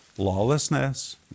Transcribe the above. Lawlessness